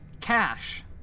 Cash